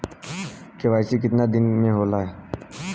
KYC कितना दिन में होले?